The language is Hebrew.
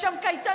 יש שם קייטנות,